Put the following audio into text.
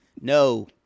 No